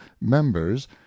members